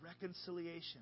reconciliation